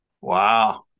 wow